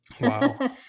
wow